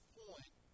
point